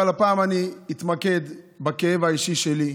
אבל הפעם אני אתמקד בכאב האישי שלי,